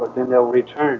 then they'll return